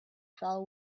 fell